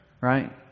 right